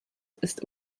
ist